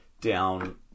down